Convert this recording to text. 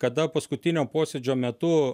kada paskutinio posėdžio metu